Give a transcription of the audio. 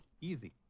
easy